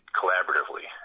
collaboratively